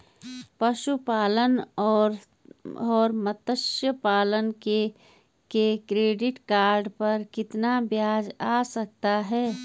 पशुपालन और मत्स्य पालन के क्रेडिट कार्ड पर कितना ब्याज आ जाता है?